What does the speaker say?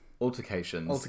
Altercations